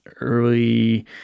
early